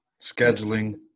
Scheduling